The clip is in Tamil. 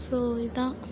ஸோ இதுதான்